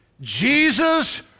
Jesus